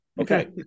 okay